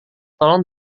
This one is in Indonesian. tolong